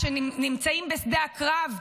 שנמצאים בשדה הקרב,